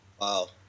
wow